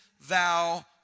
thou